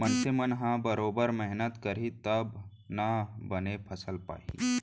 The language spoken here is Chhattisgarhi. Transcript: मनसे मन ह बरोबर मेहनत करही तब ना बने फसल पाही